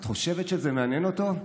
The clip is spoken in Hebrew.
את חושבת שזה מעניין אותו?